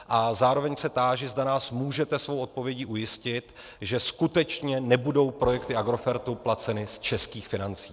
A zároveň se táži, zda nás můžete svou odpovědí ujistit, že skutečně nebudou projekty Agrofertu placeny z českých financí.